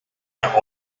der